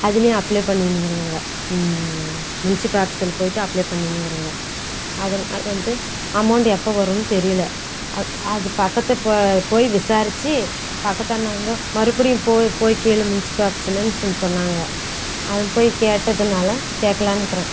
அதுலேயும் அப்ளை பண்ணிணுக்கிறோங்க முன்ஸிபல் ஆபிஸில் போய்விட்டு அப்ளை பண்ணிணுக்கிறோங்க அதனால் வந்து அமௌண்ட்டு எப்போ வரும்னு தெரில அது அது பக்கத்தில் போ போய் விசாரித்து பக்கத்து அண்ணன் தான் மறுபடியும் போய் போய் கேள் முன்ஸிபல் ஆஃபீஸுல்ன்னு சொன் சொன்னாங்க அது போய் கேட்டதுனால் கேட்கலான்னுக்குறேன்